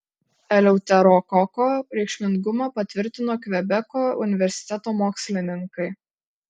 eleuterokoko reikšmingumą patvirtino kvebeko universiteto mokslininkai